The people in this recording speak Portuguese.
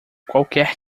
qualquer